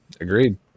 Agreed